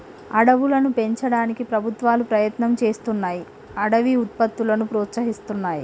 అడవులను పెంచడానికి ప్రభుత్వాలు ప్రయత్నం చేస్తున్నాయ్ అడవి ఉత్పత్తులను ప్రోత్సహిస్తున్నాయి